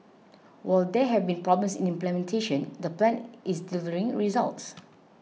while there have been problems in implementation the plan is delivering results